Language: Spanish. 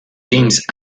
james